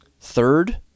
Third